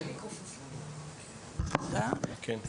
ראשית,